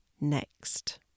next